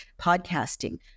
podcasting